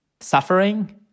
Suffering